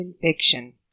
infection